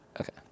Okay